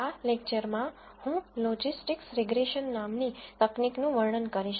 આ લેકચરમાં હું લોજિસ્ટિક્સ રીગ્રેસન નામની તકનીકનું વર્ણન કરીશ